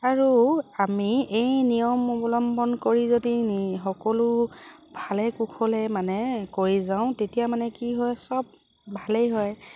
আৰু আমি এই নিয়ম অৱলম্বন কৰি যদি সকলো ভালে কুশলে মানে কৰি যাওঁ তেতিয়া মানে কি হয় চব ভালেই হয়